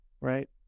right